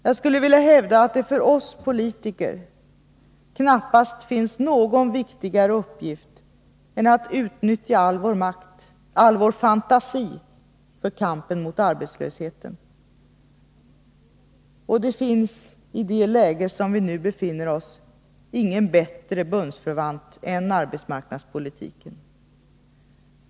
Jag skulle vilja hävda att det för oss politiker knappast finns någon viktigare uppgift än att utnyttja all vår makt och all vår fantasi för att driva kampen mot arbetslösheten. Och det finns i det läge vi nu befinner oss i ingen bättre bundsförvant än arbetsmarknadspolitiken.